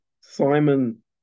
Simon